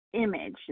image